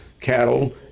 cattle